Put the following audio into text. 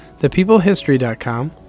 ThepeopleHistory.com